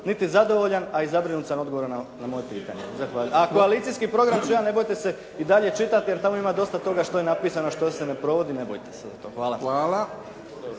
niti zadovoljan a i zabrinut sam odgovorom na moje pitanje. … /Upadica: Zahvaljujem./ … A koalicijski program ću ja, ne bojte se i dalje čitati jer tamo ima dosta toga što je napisano što se ne provodi, ne bojte se za to. Hvala.